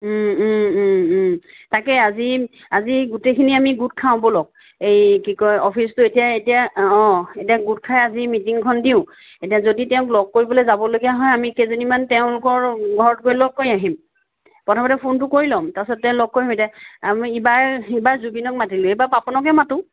তাকে আজি আজি গোটেখিনি আমি গোট খাওঁ ব'লক এই কি কয় অফিচটো এতিয়া এতিয়া অ এতিয়া গোট খাই আজি মিটিংখন দিওঁ এতিয়া যদি তেওঁক লগ কৰিবলৈ যাবলগীয়া হয় আমি কেইজনীমান তেওঁলোকৰ ঘৰত গৈ লগ কৰি আহিম প্ৰথমতে ফোনটো কৰি ল'ম তাৰপিছতে লগ কৰিম এতিয়া আমি ইবাৰ ইবাৰ জুবিনক মাতিলোঁ এইবাৰ পাপনকে মাতোঁ